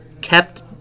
kept